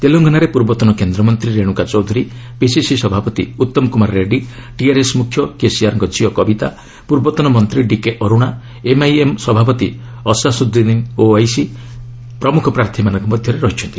ତେଲଙ୍ଗନାରେ ପୂର୍ବତନ କେନ୍ଦମନ୍ତ୍ରୀ ରେଣୁକା ଚୌଧୁରୀ ପିସିସି ସଭାପତି ଉତ୍ତମ କୁମାର ରେଡ୍ଯୀ ଟିଆର୍ଏସ୍ ମୁଖ୍ୟ କେସିଆର୍ଙ୍କ ଝିଅ କବିତା ପୂର୍ବତନ ମନ୍ତ୍ରୀ ଡିକେ ଅରୁଣା ଏମ୍ଆଇଏମ୍ ସଭାପତି ଅସାଦୁ୍ଦିନ୍ ଓୱାଇସି ପ୍ରମୁଖ ପ୍ରାର୍ଥୀମାନଙ୍କ ମଧ୍ୟରେ ଅଛନ୍ତି